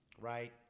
right